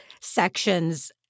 sections